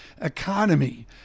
economy